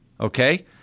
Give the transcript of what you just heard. Okay